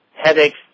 headaches